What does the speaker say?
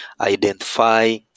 identify